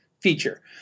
feature